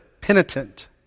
penitent